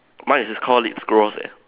mine is just called lip gloss leh